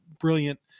brilliant